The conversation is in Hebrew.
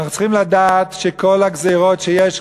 אנחנו צריכים לדעת שכל הגזירות שיש,